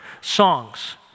songs